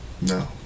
No